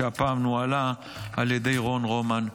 שהפעם נוהלה על ידי רון רומן,